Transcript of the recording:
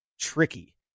tricky